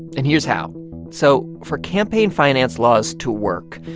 and here's how so for campaign finance laws to work,